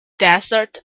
desert